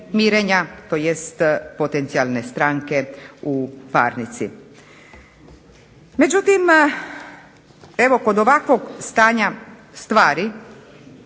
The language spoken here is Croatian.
tj. potencijalne stranke u parnici. Međutim, evo kod ovakvog stanja stvari